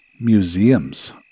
museums